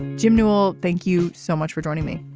jim newell thank you so much for joining me.